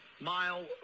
mile